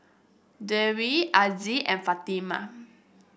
Dwi Aziz and Fatimah